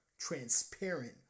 Transparent